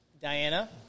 Diana